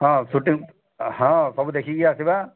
ହଁ ଛୁଟି ହଁ ସବୁ ଦେଖିକି ଆସିବା